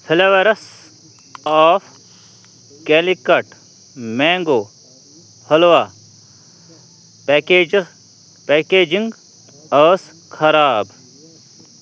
flavours of Calicut mango halwa packages packaging ٲس خراب